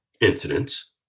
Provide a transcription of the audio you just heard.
incidents